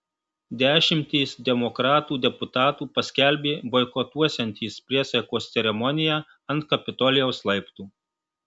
dešimtys demokratų deputatų paskelbė boikotuosiantys priesaikos ceremoniją ant kapitolijaus laiptų